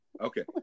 Okay